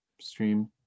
stream